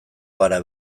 gara